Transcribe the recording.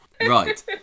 Right